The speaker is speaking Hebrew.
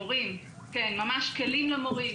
ממש כלים למורים,